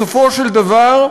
בסופו של דבר,